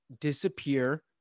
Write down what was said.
disappear